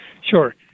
Sure